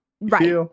Right